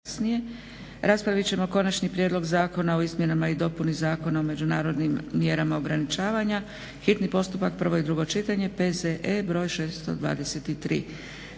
Josip (SDP)** Konačni prijedlog zakona o izmjenama i dopuni Zakona o međunarodnim mjerama ograničavanja, hitni postupak, prvo i drugo čitanje, P.Z.E. br. 623.